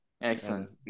Excellent